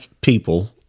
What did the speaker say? people